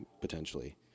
potentially